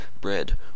bread